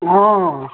ହଁ